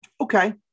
okay